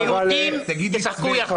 יהודים, תשחקו יחד.